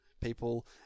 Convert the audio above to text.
people